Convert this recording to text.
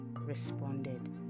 responded